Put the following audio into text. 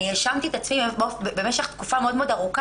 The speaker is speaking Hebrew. אני האשמתי את עצמי במשך תקופה מאוד מאוד ארוכה